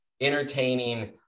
entertaining